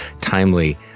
timely